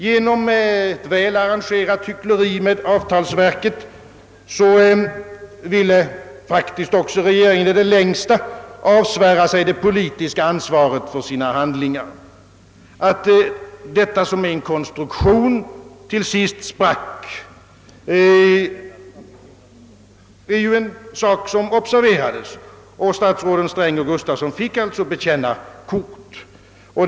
Genom hyckleriet med avtalsverket ville regeringen därtill i det längsta avsvära sig det politiska ansvaret för sina handlingar. Att konstruktionen till sist erbarmligen sprack och statsråden Sträng och Gustafsson fick bekänna kort är en annan sak.